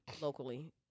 locally